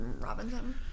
Robinson